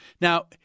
Now